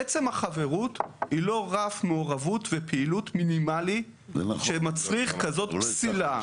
עצם החברות היא לא רף מעורבות ופעילות מינימלי שמצריך כזאת פסילה.